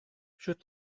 sut